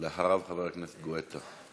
אחריו, חבר הכנסת גואטה.